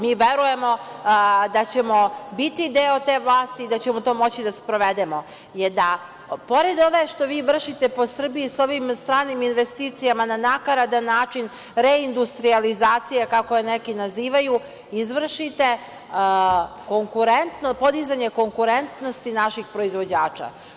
Mi verujemo da ćemo biti deo te vlasti, da ćemo to moći da sprovedemo, pored ove što vi vršite po Srbiji sa ovim stranim investicijama na nakaradan način reindustrijalizacije, kako je neki nazivaju, izvršite, konkurentno podizanje konkurentnosti naših proizvođača.